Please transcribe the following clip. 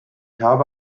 habe